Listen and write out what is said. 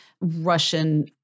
Russian